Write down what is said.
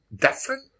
different